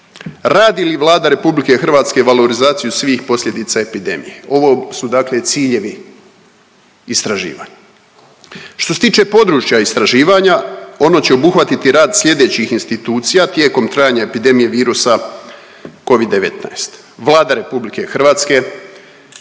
Radi li Vlada RH valorizaciju svih posljedica epidemije? Ovo su dakle ciljevi istraživanja. Što se tiče područja istraživanja ono će obuhvatiti rad slijedećih institucija tijekom trajanja epidemije virusa Covid-19. Vlada RH, Ministarstvo